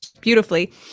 beautifully